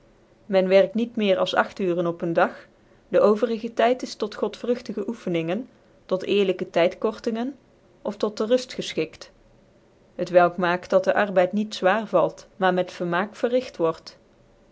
men werkt niet meer als agt uuren op ccn dag dc overige tyd is tot godvrugtigc oeffeningen tot eerlijke tydkortingcn of tot dc ruft gefchikt t welk maakt dat den arbeid niet zwaar vald maar met vermaak vcrrïgt word